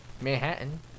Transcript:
Manhattan